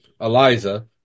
Eliza